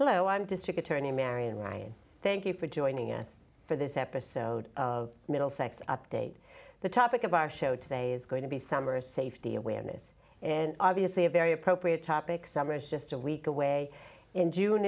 hello i'm district attorney marian ryan thank you for joining us for this episode of middlesex update the topic of our show today is going to be summer safety awareness in obviously a very appropriate topic summer is just a week away in june